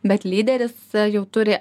bet lyderis jau turi